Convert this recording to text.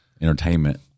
entertainment